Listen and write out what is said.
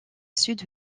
sud